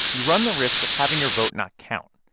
you run the risk of having your vote not count.